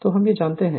तो हम यह जानते हैं